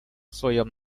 своем